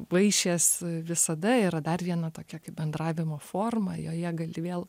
vaišės visada yra dar viena tokia bendravimo forma joje gali vėl